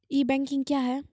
ई banking क्या हैं?